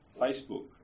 Facebook